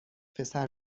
پسر